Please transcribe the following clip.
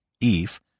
Eve